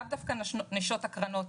לאו דווקא לנשות הקרנות,